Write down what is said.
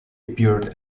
appeared